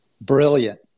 Brilliant